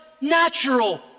natural